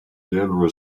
debra